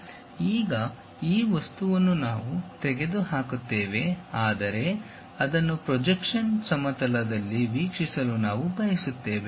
ಈಗ ಈ ವಸ್ತುವನ್ನು ನಾವು ತೆಗೆದುಹಾಕುತ್ತೇವೆ ಆದರೆ ಅದನ್ನು ಪ್ರೊಜೆಕ್ಷನ್ ಸಮತಲದಲ್ಲಿ ವೀಕ್ಷಿಸಲು ನಾವು ಬಯಸುತ್ತೇವೆ